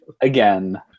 again